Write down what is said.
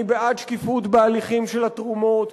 אני בעד שקיפות בהליכים של התרומות,